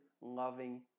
loving